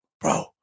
bro